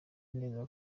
neza